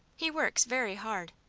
he works very hard.